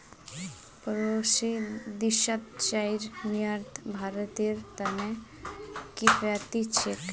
पड़ोसी देशत चाईर निर्यात भारतेर त न किफायती छेक